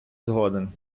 згоден